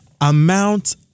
amount